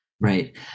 Right